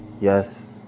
yes